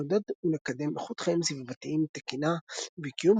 לעודד ולקדם איכות חיים סביבתיים תקינה וקיום